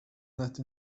net